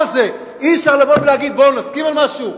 הזה אי-אפשר לומר: בואו נסכים על משהו?